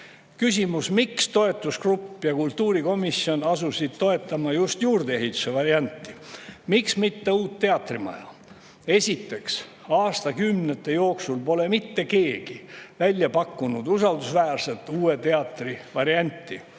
Küsimus: miks asusid toetusgrupp ja kultuurikomisjon toetama just juurdeehituse varianti, miks mitte uut teatrimaja? Esiteks, aastakümnete jooksul pole mitte keegi välja pakkunud usaldusväärset uue teatri varianti.